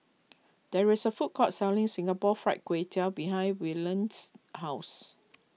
there is a food court selling Singapore Fried Kway Tiao behind Willodean's house